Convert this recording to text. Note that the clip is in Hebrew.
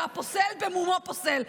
והפוסל במומו פוסל.